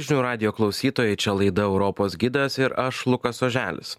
žinių radijo klausytojai čia laida europos gidas ir aš lukas oželis